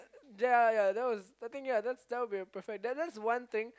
ya ya that was I think ya that that will be a perfect that that's one thing